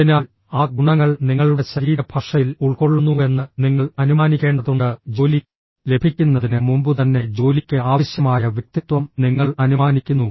അതിനാൽ ആ ഗുണങ്ങൾ നിങ്ങളുടെ ശരീരഭാഷയിൽ ഉൾക്കൊള്ളുന്നുവെന്ന് നിങ്ങൾ അനുമാനിക്കേണ്ടതുണ്ട് ജോലി ലഭിക്കുന്നതിന് മുമ്പുതന്നെ ജോലിക്ക് ആവശ്യമായ വ്യക്തിത്വം നിങ്ങൾ അനുമാനിക്കുന്നു